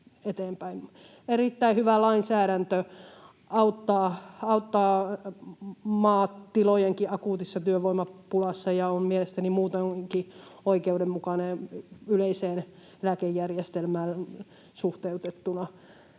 Erittäin hyvä lainsäädäntö: auttaa maatilojenkin akuutissa työvoimapulassa ja on mielestäni muutenkin oikeudenmukainen yleiseen eläkejärjestelmään suhteutettuna.